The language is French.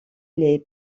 les